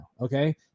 okay